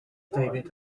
david